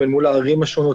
אל מול הערים השונות,